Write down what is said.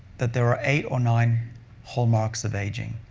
that there are eight or nine hallmarks of aging,